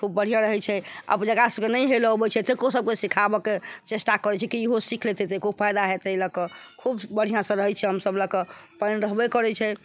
खूब बढ़ियाँ रहै छै आब जेकरा सभके नहि हेलय अब छै तेकरो सभके सिखाबऽके चेष्टा करै छी कि इहो सीख लेतै तऽ एकरो फायदा हेतै लऽ कऽ खूब बढ़िऑंसँ रहै छी हम सभ लकऽ पानि रहबै करै छै